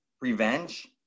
revenge